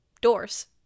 Doors